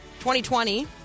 2020